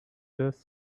just